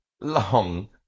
long